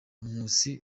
nkusi